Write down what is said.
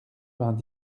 vingt